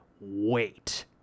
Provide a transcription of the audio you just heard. wait